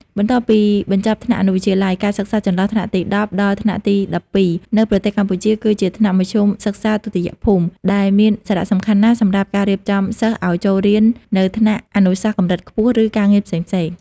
បន្ទាប់ពីបញ្ចប់ថ្នាក់អនុវិទ្យាល័យ ការសិក្សាចន្លោះថ្នាក់ទី១០ដល់ថ្នាក់ទី១២ នៅប្រទេសកម្ពុជា គឺជាថ្នាក់មធ្យមសិក្សាទុតិយភូមិ ដែលមានសារៈសំខាន់ណាស់សម្រាប់ការរៀបចំសិស្សឱ្យចូលរៀននៅថ្នាក់អនុសាសន៍កំរិតខ្ពស់ ឬការងារផ្សេងៗ។